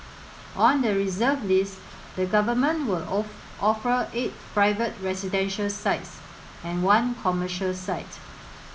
on the reserve list the government will offer eight private residential sites and one commercial site